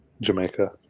Jamaica